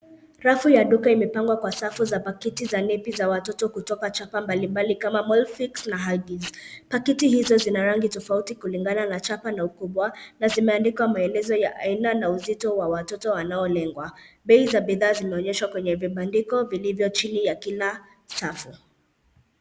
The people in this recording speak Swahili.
Rafu ya duka imepangwa kwa safu za pakiti za nepi za watoto kutoka chapa mbalimbali kama Molfix na Huggies. Pakiti hizo zina rangi tofauti kulingana na chapa na ukubwa na zimeandikwa maelezo ya aina na uzito wa watoto wanaolengwa. Bei za bidhaa zimeonyeshwa kwenye vibandiko vilivyo chini ya kila safu.